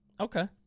okay